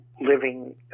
living